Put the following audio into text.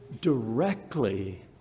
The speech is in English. directly